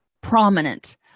prominent